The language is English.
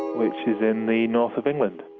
which is in the north of england.